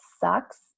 sucks